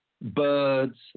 birds